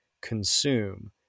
consume